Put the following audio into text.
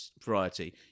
variety